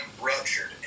ruptured